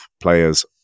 players